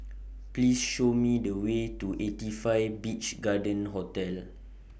Please Show Me The Way to eighty five Beach Garden Hotel